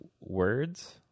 words